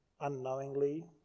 unknowingly